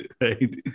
right